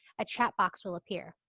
a chat box will appear.